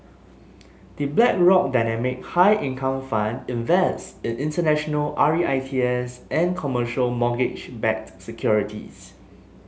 the Blackrock Dynamic High Income Fund invests in international R E I T S and commercial mortgage backed securities